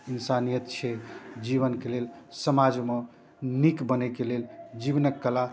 इन्सानियत छिए जीवनके लेल समाजमे नीक बनैके लिए जीवनके कला